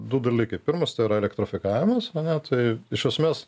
du dalykai pirmas tai yra elektrifikavimas ane tai iš esmės